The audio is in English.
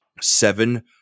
seven